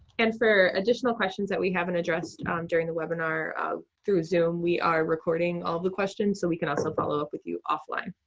and there are additional questions that we haven't addressed during the webinar through zoom, we are recording all the questions, so we can also follow up with you offline.